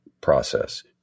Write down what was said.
process